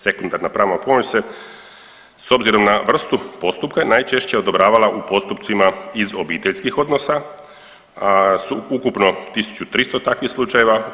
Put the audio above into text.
Sekundarna pravna pomoć se s obzirom na vrstu postupka najčešće odobravala u postupcima iz obiteljskih odnosa, a ukupno 1.300 takvih slučajeva.